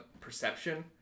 perception